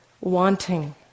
wanting